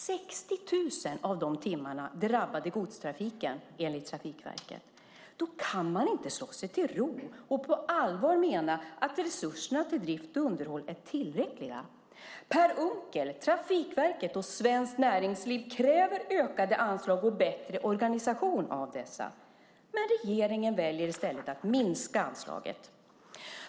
60 000 av de timmarna drabbade godstrafiken, enligt Trafikverket. Då kan man inte slå sig till ro och på allvar mena att resurserna till drift och underhåll är tillräckliga. Per Unckel, Trafikverket och Svenskt Näringsliv kräver ökade anslag och bättre organisation av dessa. Men regeringen väljer i stället att minska anslaget.